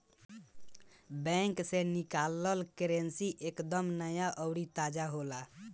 bank से निकालल currency एक दम नया अउरी ताजा होला